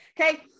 Okay